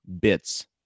bits